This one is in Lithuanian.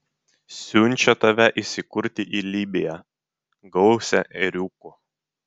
siunčia tave įsikurti į libiją gausią ėriukų